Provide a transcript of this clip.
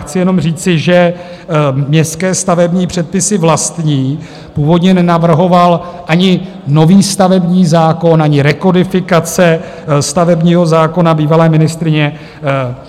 Chci jenom říci, že vlastní městské stavební předpisy původně nenavrhoval ani nový stavební zákon, ani rekodifikace stavebního zákona bývalé ministryně